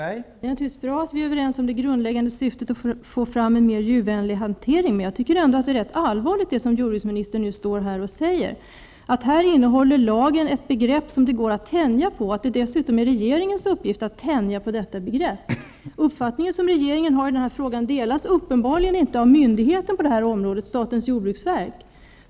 Fru talman! Det är naturligtvis bra att vi är överens om det grundläggande syftet att få fram en mera djurvänlig hantering, men jag tycker ändå att det som jordbruksministern nu säger är rätt allvarligt. Han säger att lagen inne håller ett begrepp som det går att tänja på och dessutom att det är regering ens uppgift att göra det. Den uppfattning som regeringen har i denna fråga delas uppenbarligen inte av myndigheten på detta område, statens jord bruksverk.